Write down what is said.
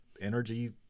energy